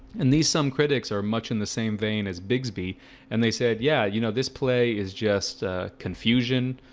and these some critics are much in the same vein as bigsby and they said yeah, you know this play is just confusion,